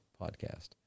podcast